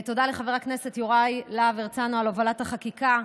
תודה לחבר הכנסת יוראי להב הרצנו על הובלת החקיקה,